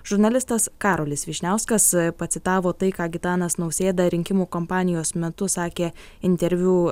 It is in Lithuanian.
žurnalistas karolis vyšniauskas pacitavo tai ką gitanas nausėda rinkimų kompanijos metu sakė interviu